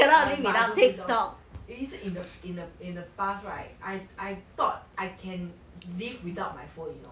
um but I don't tiktok in in the in the in the past right I I thought I can live without my phone you know